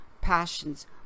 passions